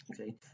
Okay